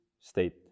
state